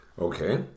Okay